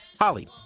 Holly